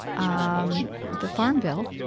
um the farm bill,